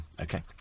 Okay